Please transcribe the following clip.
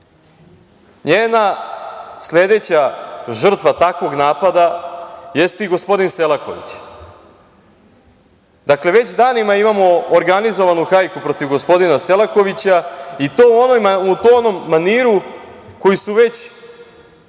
Njena sledeća žrtva takvog napada jeste i gospodin Selaković. Dakle, već danima imamo organizovanu hajku protiv gospodina Selakovića i to u onom maniru koji su već